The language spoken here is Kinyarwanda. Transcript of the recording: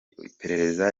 iperereza